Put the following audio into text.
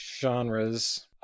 genres